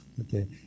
Okay